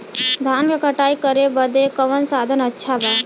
धान क कटाई करे बदे कवन साधन अच्छा बा?